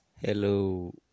Hello